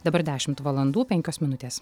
dabar dešimt valandų penkios minutės